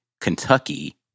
Kentucky